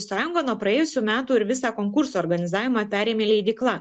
sąjunga nuo praėjusių metų ir visą konkurso organizavimą perėmė leidykla